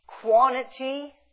quantity